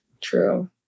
True